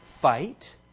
fight